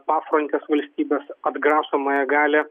pafrontės valstybės atgrasomąją galią